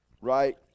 right